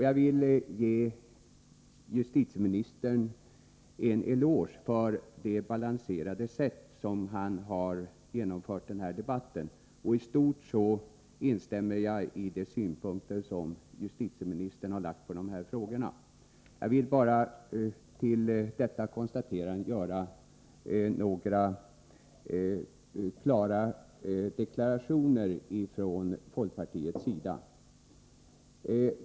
Jag vill ge justitieministern en eloge för det balanserade sätt på vilket han har genomfört denna debatt. I stort instämmer jag i de synpunkter som justitieministern har fört fram. Jag vill bara till detta konstaterande göra några klara deklarationer från folkpartiets sida.